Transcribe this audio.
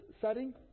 setting